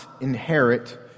inherit